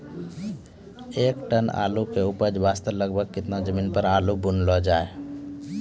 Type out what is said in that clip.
एक टन आलू के उपज वास्ते लगभग केतना जमीन पर आलू बुनलो जाय?